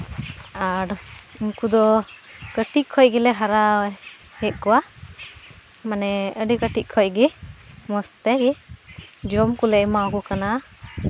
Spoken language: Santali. ᱟᱨ ᱩᱱᱠᱩ ᱫᱚ ᱠᱟᱹᱴᱤᱡ ᱠᱷᱚᱡ ᱜᱮᱞᱮ ᱦᱟᱨᱟᱭᱮᱫ ᱠᱚᱣᱟ ᱢᱟᱱᱮ ᱟᱹᱰᱤ ᱠᱟᱹᱡᱤᱡ ᱠᱷᱚᱡ ᱜᱮ ᱢᱚᱡᱽ ᱛᱮᱜᱮ ᱡᱚᱢ ᱠᱚᱞᱮ ᱮᱢᱟ ᱠᱚ ᱠᱟᱱᱟ